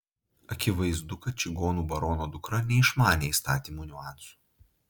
akivaizdu kad čigonų barono dukra neišmanė įstatymų niuansų